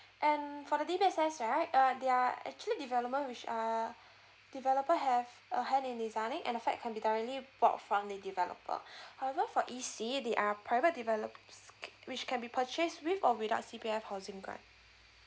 and for the D_B_S_S right uh they're actually development which are developer have a hand in designing and the flat can be directly bought from the developer however for E_C they are private develops which can be purchased with and without C_P_F housing grant